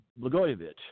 Blagojevich